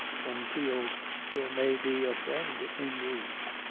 one feels there may be a friend in need.